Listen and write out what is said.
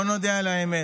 בואו נודה באמת,